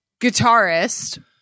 guitarist